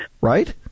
right